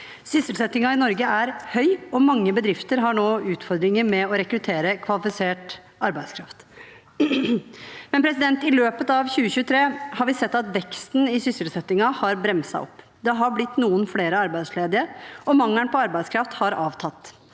Sysselsettingen i Norge er høy, og mange bedrifter har nå utfordringer med å rekruttere kvalifisert arbeidskraft. Men i løpet av 2023 har vi sett at veksten i sysselsettingen har bremset opp. Det har blitt noen flere arbeidsledige, og mangelen på arbeidskraft har avtatt.